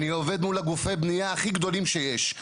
אני עובד מול גופי הבנייה הכי גדולים שיש.